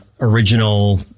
original